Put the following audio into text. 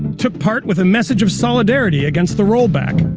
took part with a message of solidarity against the rollback.